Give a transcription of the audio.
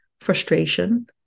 frustration